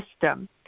System